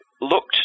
looked